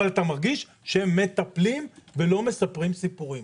אבל אתה מרגיש שהם מטפלים ולא מספרים סיפורים.